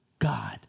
God